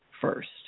first